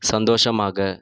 சந்தோஷமாக